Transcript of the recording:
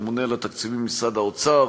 הממונה על התקציבים במשרד האוצר,